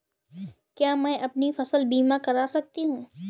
क्या मैं अपनी फसल बीमा करा सकती हूँ?